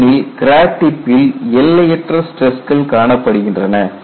ஏனெனில் கிராக் டிப்பில் எல்லையற்ற ஸ்டிரஸ்கள் காணப்படுகின்றன